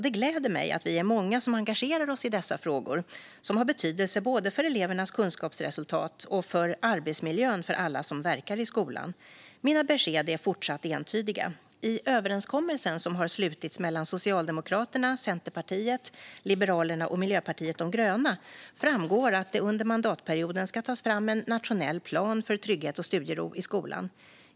Det gläder mig att vi är många som engagerar oss i dessa frågor som har betydelse både för elevernas kunskapsresultat och för arbetsmiljön för alla som verkar i skolan. Mina besked är fortsatt entydiga. I överenskommelsen som har slutits mellan Socialdemokraterna, Centerpartiet, Liberalerna och Miljöpartiet de gröna framgår att det under mandatperioden ska tas fram en nationell plan för trygghet och studiero i skolan.